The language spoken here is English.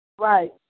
Right